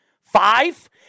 Five